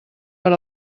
per